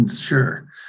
sure